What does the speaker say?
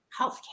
healthcare